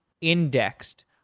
indexed